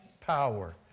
power